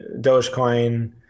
Dogecoin